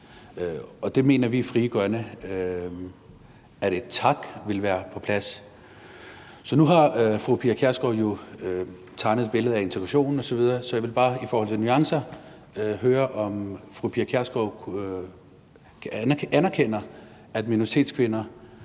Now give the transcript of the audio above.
der mener vi i Frie Grønne, at et »tak« vil være på plads. Nu har fru Pia Kjærsgaard jo tegnet et billede af integrationen osv., så jeg vil bare i forhold til nuancerne høre, om fru Pia Kjærsgaard anerkender, at minoritetskvinder